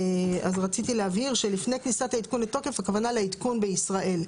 אז רציתי להבהיר שלפני כניסת העדכון לתוקף הכוונה לעדכון בישראל.